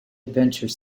adventure